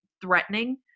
threatening